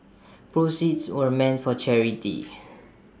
proceeds were meant for charity